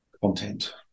content